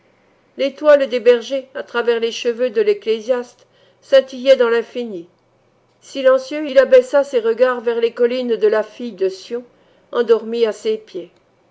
l'étoile des bergers à travers les cheveux de l'ecclésiaste scintillait dans l'infini silencieux il abaissa ses regards vers les collines de la fille de sion endormie à ses pieds